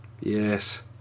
Yes